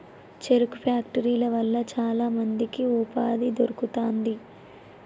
చెరుకు ఫ్యాక్టరీల వల్ల చాల మందికి ఉపాధి దొరుకుతాంది